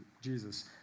Jesus